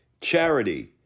charity